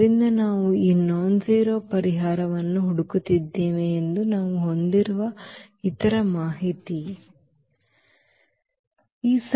ಆದ್ದರಿಂದ ನಾವು ಈ ಕ್ಷುಲ್ಲಕವಲ್ಲದ ಪರಿಹಾರವನ್ನು ಹುಡುಕುತ್ತಿದ್ದೇವೆ ಎಂದು ನಾವು ಹೊಂದಿರುವ ಇತರ ಮಾಹಿತಿ ಏನು